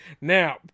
now